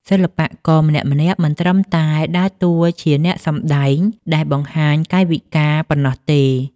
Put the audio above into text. សិល្បករម្នាក់ៗមិនត្រឹមតែដើរតួជាអ្នកសម្ដែងដែលបង្ហាញកាយវិការប៉ុណ្ណោះទេ។